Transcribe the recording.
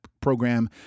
program